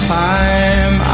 time